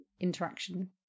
interaction